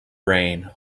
rain